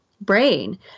brain